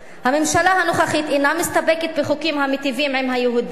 הממשלה הנוכחית אינה מסתפקת בחוקים המיטיבים עם היהודים,